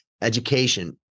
education